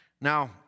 Now